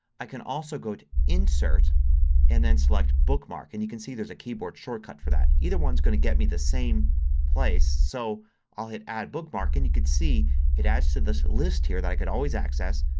i can also go to insert and then select bookmarks. and you can see there's a keyboard shortcut for that. either one is going to get me to the same place. so i'll hit add bookmark and you can see it adds to this list here, that i can always access,